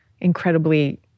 incredibly